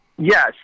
Yes